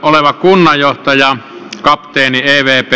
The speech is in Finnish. kunnanjohtaja kapteeni evp